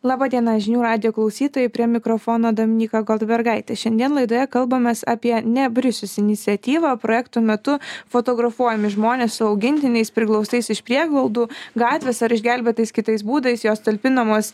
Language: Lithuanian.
laba diena žinių radijo klausytojai prie mikrofono dominyka goldbergaitė šiandien laidoje kalbamės apie ne brisius iniciatyvą projekto metu fotografuojami žmonės su augintiniais priglaustais iš prieglaudų gatvės ar išgelbėtais kitais būdais jos talpinamos